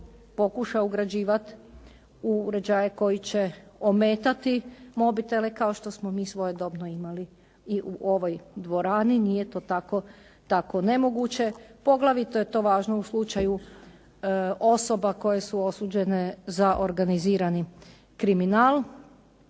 pokuša ugrađivati uređaje koji će ometati mobitele, kao što smo mi svojedobno imali i u ovoj dvorani, nije to tako nemoguće. Poglavito je to važno u slučaju osoba koje su osuđene za organizirani kriminal,